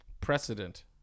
Precedent